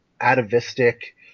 atavistic